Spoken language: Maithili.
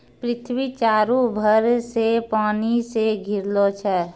पृथ्वी चारु भर से पानी से घिरलो छै